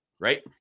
right